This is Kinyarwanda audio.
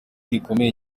rikomeye